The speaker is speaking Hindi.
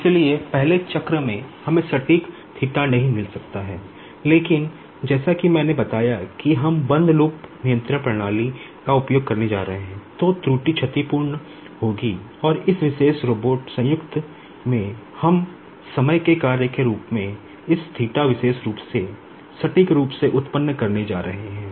इसलिए पहले चक्र में हमें सटीक नहीं मिल सकता है लेकिन जैसा कि मैंने बताया कि हम बंद लूप नियंत्रण प्रणाली में हम समय के कार्य के रूप में इस विशेष रूप से सटीक रूप से उत्पन्न करने जा रहे हैं